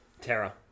Tara